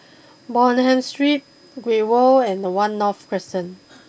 Bonham Street Great World and one North Crescent